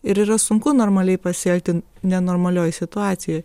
ir yra sunku normaliai pasielgti nenormalioj situacijoj